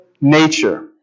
nature